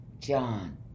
John